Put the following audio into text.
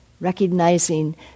recognizing